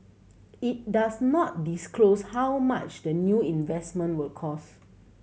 it does not disclose how much the new investment will cost